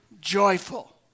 joyful